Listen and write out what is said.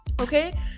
okay